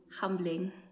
humbling